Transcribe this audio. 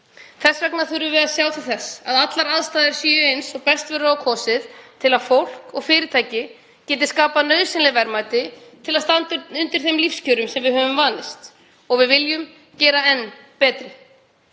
Þess vegna þurfum við að sjá til þess að allar aðstæður séu eins og best verður á kosið til að fólk og fyrirtæki geti skapað nauðsynleg verðmæti til að standa undir þeim lífskjörum sem við höfum vanist — og sem við viljum gera enn betri.